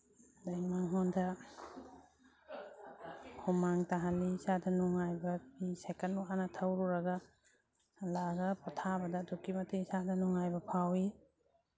ꯑꯗꯒꯤ ꯃꯉꯣꯟꯗ ꯍꯨꯃꯥꯡ ꯇꯥꯍꯜꯂꯤ ꯏꯁꯥꯗ ꯅꯨꯡꯉꯥꯏꯕ ꯄꯤ ꯁꯥꯏꯀꯟ ꯋꯥꯅ ꯊꯧꯔꯨꯔꯒ ꯍꯜꯂꯛꯑꯒ ꯄꯣꯊꯥꯕꯗ ꯑꯗꯨꯛꯀꯤ ꯃꯇꯤꯛ ꯏꯁꯥꯗ ꯅꯨꯡꯉꯥꯏꯕ ꯐꯥꯎꯋꯤ